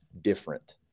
different